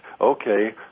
okay